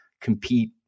compete